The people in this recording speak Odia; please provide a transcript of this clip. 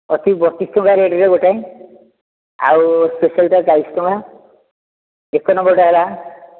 ଅଛି ବତିଶ ଟଙ୍କା ରେଟ୍ରେ ଗୋଟିଏ ଆଉ ସ୍ପେସାଲ୍ଟା ଚାଳିଶ ଟଙ୍କା ଏକ ନମ୍ବର୍ଟା ହେଲା